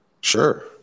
Sure